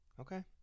Okay